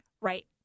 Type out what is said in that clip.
Right